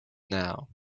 now